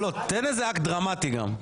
תן גם אקט דרמטי.